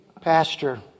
Pastor